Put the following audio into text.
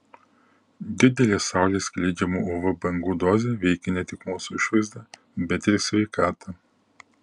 didelė saulės skleidžiamų uv bangų dozė veikia ne tik mūsų išvaizdą bet ir sveikatą